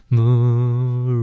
Moon